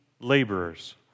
laborers